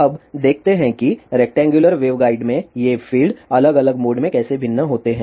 अब देखते हैं कि रेक्टैंगुलर वेवगाइड में ये फील्ड अलग अलग मोड में कैसे भिन्न होते हैं